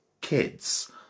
kids